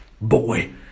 boy